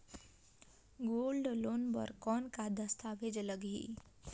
Gold loan बर कौन का दस्तावेज लगही?